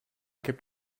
gibt